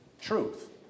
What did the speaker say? truth